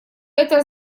это